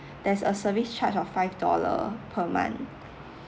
there's a service charge of five dollars per month